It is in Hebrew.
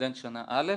לסטודנט שנה א'.